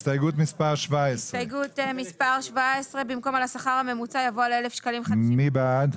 הצבעה בעד, 0 נגד,